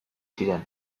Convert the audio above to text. ziren